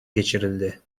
geçirildi